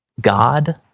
God